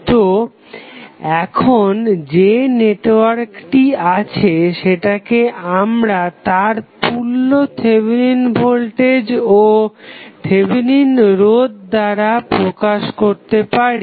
তো এখন যে নেটওয়ার্কটি আছে সেটাকে আমরা তার তুল্য থেভেনিন ভোল্টেজ ও থেভেনিন রোধ দ্বারা প্রকাশ করতে পারি